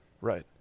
Right